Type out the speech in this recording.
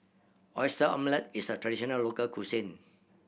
Oyster Omelette is a traditional local cuisine